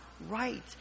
right